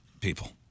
People